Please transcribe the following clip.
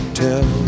tell